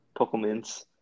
Pokemons